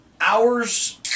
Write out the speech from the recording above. Hours